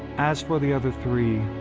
as for the other three,